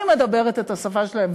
אני מדברת את השפה שלהם,